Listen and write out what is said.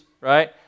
right